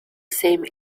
same